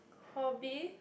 hobby